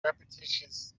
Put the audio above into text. repetitious